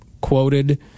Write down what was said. quoted